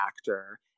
actor